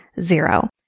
zero